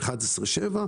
11.7%,